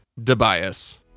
DeBias